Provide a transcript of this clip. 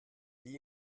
wie